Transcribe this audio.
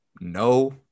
no